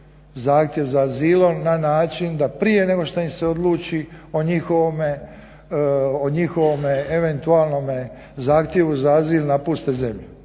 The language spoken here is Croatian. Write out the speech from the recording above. zahtjev za azilom na način da prije nego što im se odluči o njihovom eventualnom zahtjevu za azil napuste zemlju.